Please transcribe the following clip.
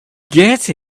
get